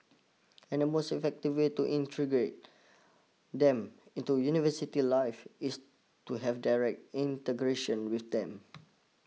and the most effective way to integrate them into university life is to have direct integration with them